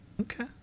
Okay